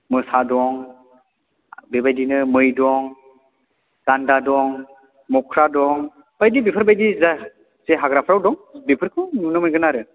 मोसा दं बेबायदिनो मै दं गान्दा दं मोख्रा दं बायदि बेफोरबायदि जा जे हाग्राफ्राव दं बेफोरखौ नुनो मोनगोन आरो